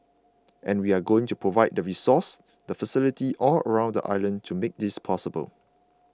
and we are going to provide the resources the facility all around the island to make this possible